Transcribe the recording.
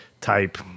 type